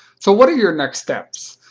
so what are your next steps?